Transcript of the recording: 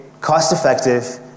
cost-effective